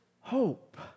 hope